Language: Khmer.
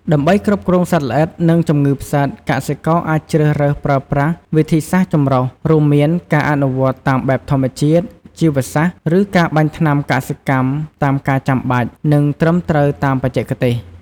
ដើម្បីគ្រប់គ្រងសត្វល្អិត និងជំងឺផ្សិត កសិករអាចជ្រើសរើសប្រើប្រាស់វិធីសាស្រ្តចម្រុះ រួមមានការអនុវត្តតាមបែបធម្មជាតិ ជីវសាស្រ្ត ឬការបាញ់ថ្នាំកសិកម្មតាមការចាំបាច់ និងត្រឹមត្រូវតាមបច្ចេកទេស។